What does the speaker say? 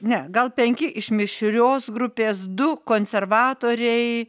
ne gal penki iš mišrios grupės du konservatoriai